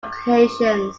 occasions